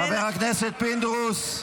חבר הכנסת פינדרוס,